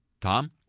Tom